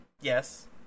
Yes